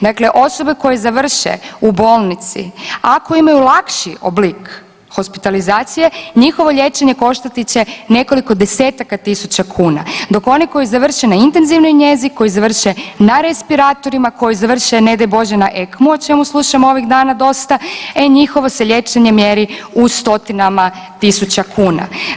Dakle, osobe koje završe u bolnici ako imaju lakši oblik hospitalizacije njihovo liječenje koštati će nekoliko desetaka tisuća kuna, dok oni koji završe na intenzivnoj njezi, koji završe na respiratorima, koji završe ne daj Bože na ECMO-u o čemu slušamo ovih dana dosta, e njihovo se liječenje mjeri u stotinama tisuća kuna.